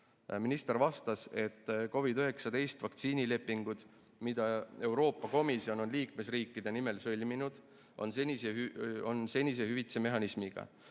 Minister vastas, et COVID-19 vaktsiini lepingud, mida Euroopa Komisjon on liikmesriikide nimel sõlminud, on senise hüvitise mehhanismiga.